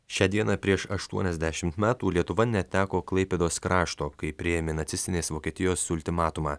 šią dieną prieš aštuoniasdešimt metų lietuva neteko klaipėdos krašto kai priėmė nacistinės vokietijos ultimatumą